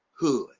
hood